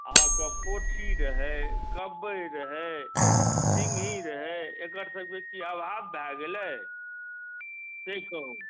अहाँके पोठही रहै कवइ रहै सिन्घी रहै एकर सभके किछु आभाव भय गेलै तै सँ